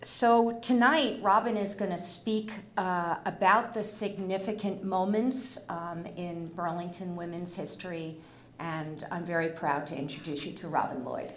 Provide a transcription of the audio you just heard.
so tonight robin is going to speak about the significant moments in burlington women's history and i'm very proud to introduce you to robin lloyd